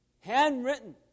handwritten